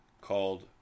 called